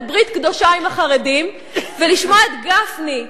ברית קדושה עם החרדים ולשמוע את גפני,